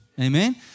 Amen